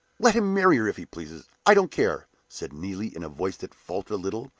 let him marry her if he pleases i don't care! said neelie, in a voice that faltered a little,